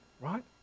right